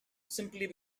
simply